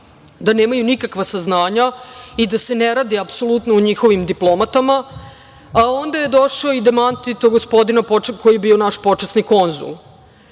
da nemaju nikakva saznanja i da se ne radi apsolutno o njihovim diplomatama, a onda je došao demanti od gospodina koji je bio naš počasni konzul